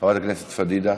חברת הכנסת פדידה,